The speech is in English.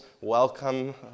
welcome